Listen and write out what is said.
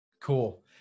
Cool